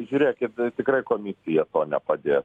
žiūrėkit tikrai komisija tuo nepadės